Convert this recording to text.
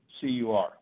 CUR